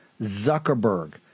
Zuckerberg